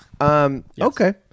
Okay